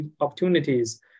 opportunities